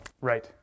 Right